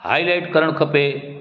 highlight करणु खपे